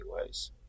ways